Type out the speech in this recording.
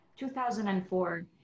2004